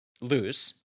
lose